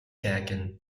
kijken